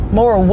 more